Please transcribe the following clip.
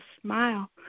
smile